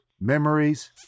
memories